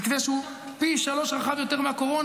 במתווה שהוא פי שלושה רחב יותר מהקורונה.